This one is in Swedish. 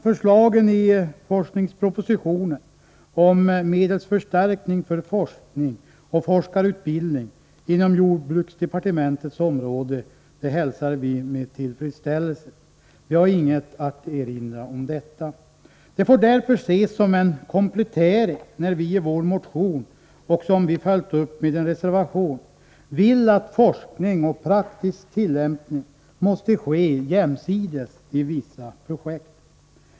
Förslagen i forskningspropositionen om medelsförstärkning för forskning och forskarutbildning inom jordbruksdepartementets område hälsar vi med tillfredsställelse, och vi har inget att erinra mot dem. Det får därför ses som en komplettering när vi i vår motion, som vi följt upp med en reservation, vill att forskning och praktisk tillämpning måste ske jämsides i vissa projekt.